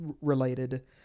related